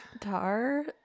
Tar